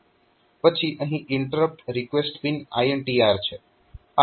પછી અહીં interrupt request pin INTR છે